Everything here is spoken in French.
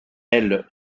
aile